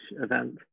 event